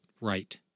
right